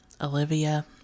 Olivia